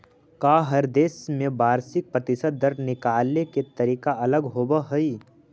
का हर देश में वार्षिक प्रतिशत दर निकाले के तरीका अलग होवऽ हइ?